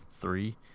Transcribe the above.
three